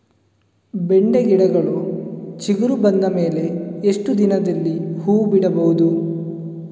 ಬೆಂಡೆ ಗಿಡಗಳು ಚಿಗುರು ಬಂದ ಮೇಲೆ ಎಷ್ಟು ದಿನದಲ್ಲಿ ಹೂ ಬಿಡಬಹುದು?